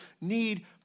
need